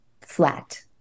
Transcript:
flat